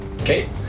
Okay